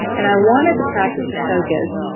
and i wanted the practice to focus,